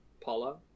Paula